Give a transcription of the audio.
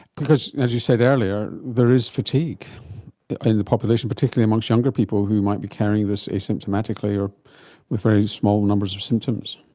because, as you said earlier, there is fatigue in the population, particularly amongst younger people who might be carrying this asymptomatically or with very small numbers of symptoms.